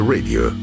Radio